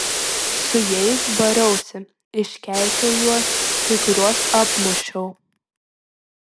su jais bariausi iškeikiau juos kai kuriuos apmušiau